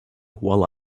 while